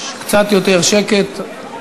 קצת יותר שקט,